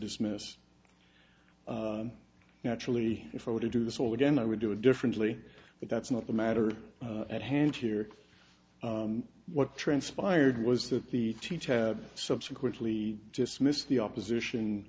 dismiss naturally if i were to do this all again i would do it differently but that's not a matter at hand here what transpired was that the teacher have subsequently dismissed the opposition